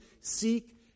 Seek